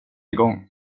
igång